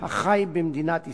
החי במדינת ישראל.